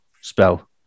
spell